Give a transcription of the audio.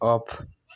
off